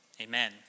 Amen